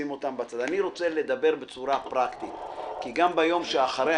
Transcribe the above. אני רוצה לדבר בצורה פרקטית כי גם ביום שאחרי,